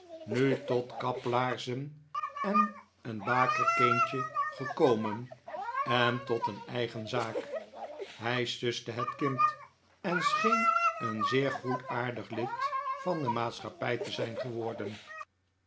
nu tot kaplaarzen en een bakerkindje gekomen en tot een eigen zaak hij suste het kind en scheen een zeer goedaardig lid van de maatschappij te zijn geworden